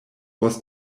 was